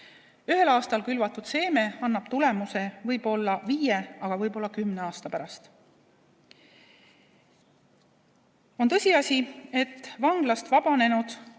Ühel aastal külvatud seeme annab tulemuse võib-olla viie, aga võib-olla kümne aasta pärast. On tõsiasi, et vanglast vabanenutest